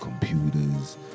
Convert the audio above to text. computers